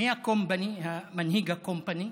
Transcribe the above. מי מנהיג הקומפני?